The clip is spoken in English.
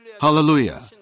Hallelujah